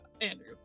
Andrew